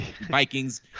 Vikings